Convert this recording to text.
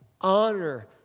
honor